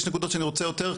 יש נקודות שאני רוצה יותר,